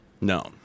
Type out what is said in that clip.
No